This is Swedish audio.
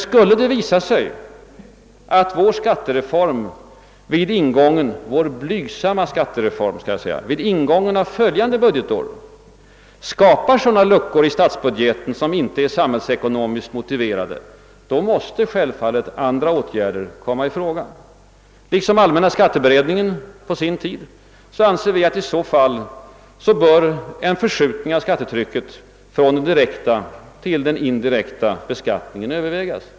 Skulle det emellertid visa sig att vår blygsamma skattereform vid ingången av följande budgetår skapar sådana luckor i statsbudgeten, som icke är samhällsekonomiskt motiverade, måste självfallet andra åtgärder komma i fråga. Liksom allmänna skatteberedningen på sin tid anser vi att i så fall en förskjutning av skattetrycket från den direkta till den indirekta beskattningen bör övervägas.